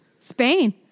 Spain